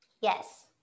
Yes